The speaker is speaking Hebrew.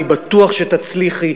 אני בטוח שתצליחי.